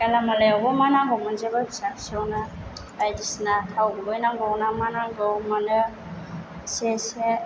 गालामालायावबो मा नांगौ मोनजोबो फिसा फिसौनो बाइदिसिना थाव गुबै नांगौना मा नांगौ मोनो इसे इसे